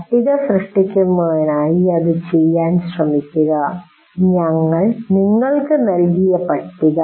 പട്ടിക സൃഷ്ടിക്കുന്നതിനായി അത് ചെയ്യാൻ ശ്രമിക്കുക ഞങ്ങൾ നിങ്ങൾക്ക് നൽകിയ പട്ടിക